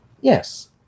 Yes